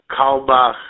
Kalbach